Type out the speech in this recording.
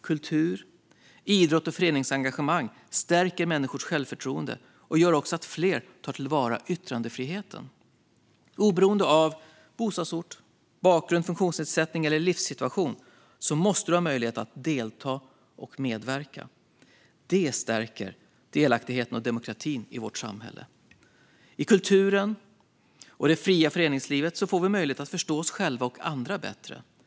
Kultur, idrott och föreningsengagemang stärker människors självförtroende och gör också att fler tar till vara yttrandefriheten. Oberoende av bostadsort, bakgrund, funktionsnedsättning eller livssituation måste man ha möjlighet att delta och medverka. Det stärker delaktigheten och demokratin i vårt samhälle. I kulturen och det fria föreningslivet får vi möjlighet att förstå oss själva och andra bättre.